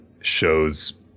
shows